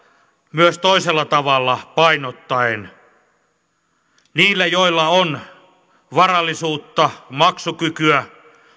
myös toisella tavalla painottaen niiden joilla on varallisuutta maksukykyä